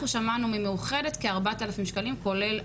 שמענו ממאוחדת שזה כ-4,000 שקלים כולל